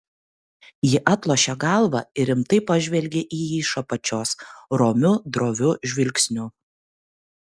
ji atlošė galvą ir rimtai pažvelgė į jį iš apačios romiu droviu žvilgsniu